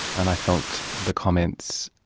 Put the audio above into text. and i felt the comments,